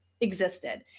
existed